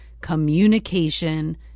communication